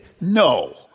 No